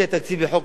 אנחנו תומכים.